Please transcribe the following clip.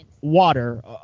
water